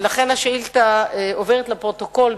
ולכן היא עוברת לפרוטוקול.